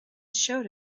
showed